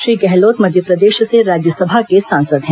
श्री गहलोत मध्यप्रदेश से राज्यसभा के सांसद हैं